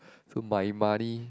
so my money